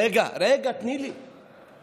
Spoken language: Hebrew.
רגע, רגע, תני לי לדבר.